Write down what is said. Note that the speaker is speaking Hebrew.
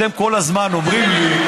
אתם כל הזמן אומרים לי,